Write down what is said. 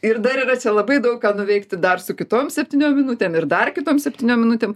ir dar yra čia labai daug ką nuveikti dar su kitom septyniom minutėm ir dar kitom septyniom minutėm